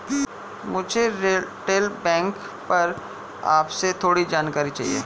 मुझे retail banking पर आपसे थोड़ी जानकारी चाहिए